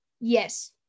yes